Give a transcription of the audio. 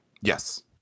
Yes